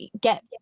get